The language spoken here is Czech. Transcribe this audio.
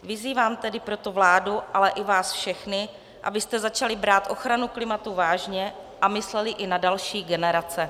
Vyzývám tedy proto vládu, ale i vás všechny, abyste začali brát ochranu klimatu vážně a mysleli i na další generace.